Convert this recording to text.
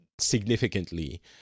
significantly